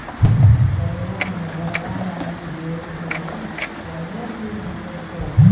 करेला मे गलवा लागी जे छ कैनो ठीक हुई छै?